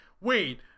Wait